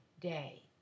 day